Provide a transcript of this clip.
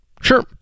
sure